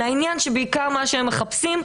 אלא בעיקר העניין שמה שהם מחפשים,